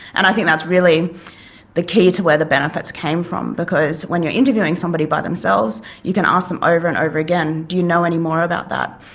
and i think that's really the key to where the benefits came from because when you're interviewing somebody by themselves you can ask them over and over again do you know any more about that,